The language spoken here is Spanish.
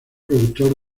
productor